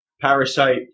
Parasite